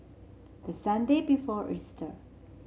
the Sunday before Easter